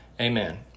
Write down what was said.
Amen